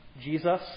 Jesus